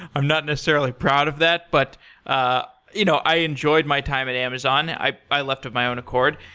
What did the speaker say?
i'm not necessarily proud of that, but ah you know i enjoyed my time at amazon. i i left with my own accord.